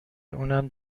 اونم